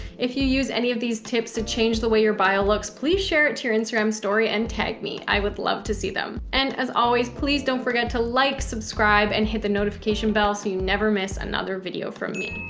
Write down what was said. if you use any of these tips to change the way your bio looks, please share it to your instagram story and tag me. i would love to see them. and as always, please don't forget to like subscribe and hit the notification bell. so you never miss another video from me,